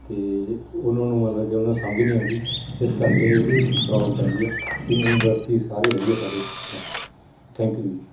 ਅਤੇ ਉਹਨਾਂ ਨੂੰ ਮਤਲਬ ਕਿ ਉਹਨਾਂ ਨੂੰ ਸਮਝ ਨਹੀਂ ਆਉਂਦੀ ਇਸ ਕਰਕੇ ਇਹਦੀ ਪ੍ਰੋਬਲਮ ਪੈਂਦੀ ਆ ਕਿ ਊਂ ਬਾਕੀ ਸਾਰੇ ਵਧੀਆ ਸਾਡੇ ਠੀਕ ਠਾਕ ਥੈਂਕ ਯੂ ਜੀ